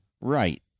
Right